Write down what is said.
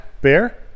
Bear